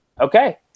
Okay